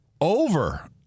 Over